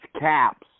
caps